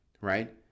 right